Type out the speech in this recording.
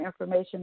information